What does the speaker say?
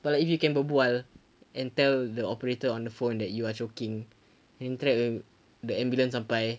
but like if you can berbual and tell the operator on the phone that you are choking then after that the the ambulance sampai